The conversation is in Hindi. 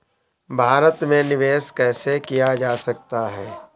भारत में निवेश कैसे किया जा सकता है?